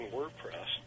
WordPress